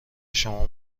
شما